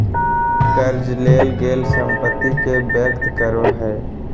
कर्ज लेल गेल संपत्ति के व्यक्त करो हइ